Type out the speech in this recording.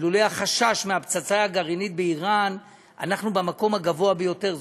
אילולא החשש מהפצצה הגרעינית באיראן אנחנו במקום הגבוה ביותר,